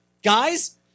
Guys